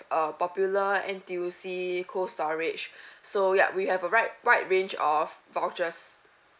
uh popular N_T_U_C cold storage so yup we have a right wide range of vouchers